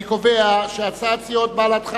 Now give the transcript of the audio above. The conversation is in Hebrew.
אני קובע שהצעת סיעות בל"ד,